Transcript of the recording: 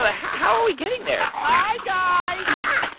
ah how are we getting there? hi, guy yeah